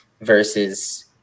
versus